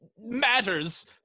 Matters